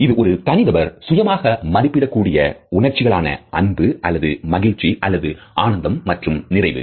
இது ஒரு தனிநபர் சுயமாக மதிப்பிடக் கூடிய உணர்ச்சிகள் ஆன அன்பு அல்லது மகிழ்ச்சி அல்லது ஆனந்தம் மற்றும் நிறைவு